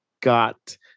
got